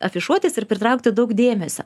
afišuotis ir pritraukti daug dėmesio